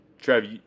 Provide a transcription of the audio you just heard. Trev